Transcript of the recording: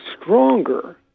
stronger